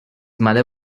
mother